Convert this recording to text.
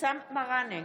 אבתיסאם מראענה,